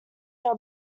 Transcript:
are